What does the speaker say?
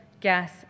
gas